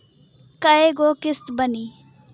कय गो किस्त बानी?